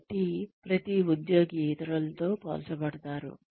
కాబట్టి ప్రతి ఉద్యోగి ఇతరులతో పోల్చబడతారు